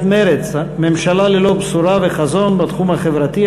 מרצ: ממשלה ללא בשורה וחזון בתחום החברתי,